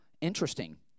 Interesting